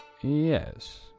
Yes